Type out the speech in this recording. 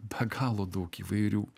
be galo daug įvairių